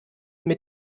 mit